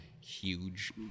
huge